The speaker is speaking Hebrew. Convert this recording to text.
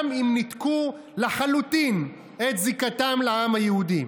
גם אם ניתקו לחלוטין את זיקתם לעם היהודי.